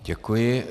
Děkuji.